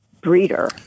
breeder